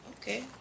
Okay